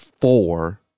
four